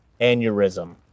Aneurysm